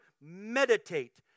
meditate